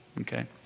okay